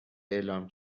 اعلام